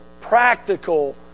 practical